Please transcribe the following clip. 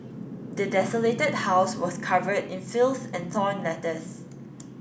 the desolated house was covered in filth and torn letters